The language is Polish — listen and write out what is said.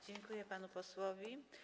Dziękuję panu posłowi.